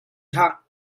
hlah